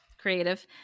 creative